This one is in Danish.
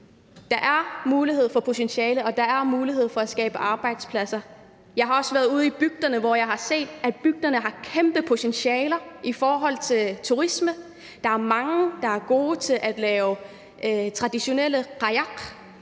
Der er muligheder og potentiale, og der er mulighed for at skabe arbejdspladser. Jeg har også været ude i bygderne, hvor jeg har set, at bygderne har kæmpe potentiale i forhold til turisme. Der er mange, der er gode til at lave traditionelle qajaq,